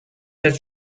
that